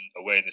away